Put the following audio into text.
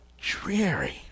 dreary